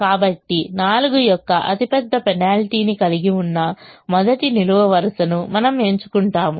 కాబట్టి 4 యొక్క అతిపెద్ద పెనాల్టీని కలిగి ఉన్న మొదటి నిలువు వరుసను మనము ఎంచుకుంటాము